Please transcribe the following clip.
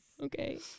Okay